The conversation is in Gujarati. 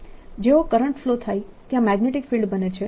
જેવો કરંટ ફ્લો થાય ત્યાં મેગ્નેટીક ફિલ્ડ બને છે